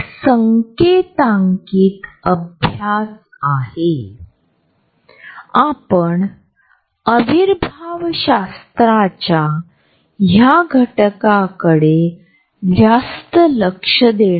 proxemics हा अभ्यास आम्हाला इतर लोकांबद्दल असलेल्या स्वस्थ आणि अस्वस्थतेची पातळी समजण्यास मदत करतो